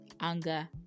anger